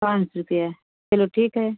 पाँच सौ रुपये चलो ठीक है